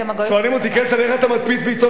שואלים אותי: כצל'ה, אתה מדפיס בעיתון "הארץ"?